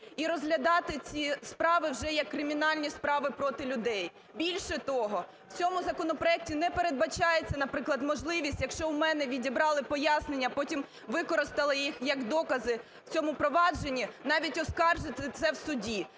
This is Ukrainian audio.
і розглядати ці справи вже як кримінальні справи проти людей. Більше того, в цьому законопроекті не передбачається, наприклад, можливість, якщо у мене відібрали пояснення, потім використали їх як докази в цьому провадженні навіть оскаржити це в суді.